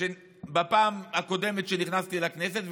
בפעם הקודמת שנכנסתי לכנסת,